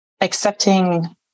accepting